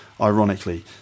ironically